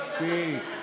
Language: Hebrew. מספיק.